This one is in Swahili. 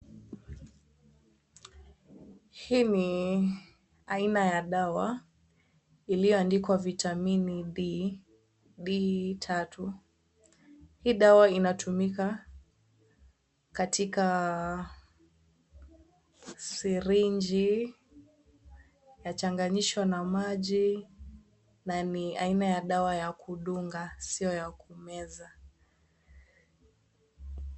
Hii ni aina ya dawa iliyoandikwa " Vitamini D, B tatu". Hii dawa inatumika katika sirinji, yachanganyishwa na maji na ni aina ya dawa ya kudunga sio ya kumeza.